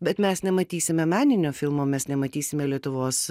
bet mes nematysime meninio filmo mes nematysime lietuvos